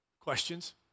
questions